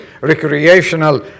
recreational